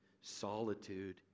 solitude